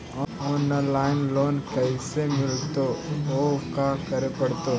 Online loan कैसे मिलतै औ का करे पड़तै?